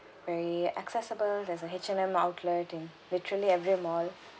very accessible there's a H&M outlet in literally every mall